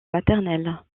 maternel